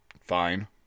fine